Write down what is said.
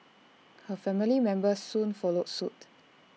her family members soon followed suit